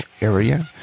area